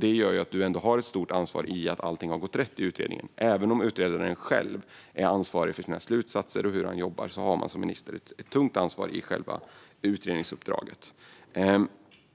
Det gör att du har ett stort ansvar för att allt har gått rätt till i utredningen. Även om utredaren själv är ansvarig för sina slutsatser och hur han jobbar har man som minister ett tungt ansvar när det gäller själva utredningsuppdraget.